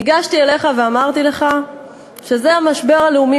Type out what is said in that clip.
ניגשתי אליך ואמרתי לך שזה המשבר הלאומי